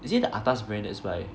is it the atas brand that's why